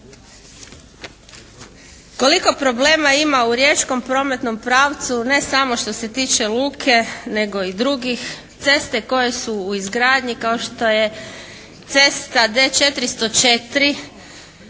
Koliko problema ima u riječkom prometnom pravcu ne samo što se tiče luke nego i drugih, ceste koje su u izgradnji kao što je cesta D404